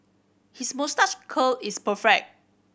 his moustache curl is perfect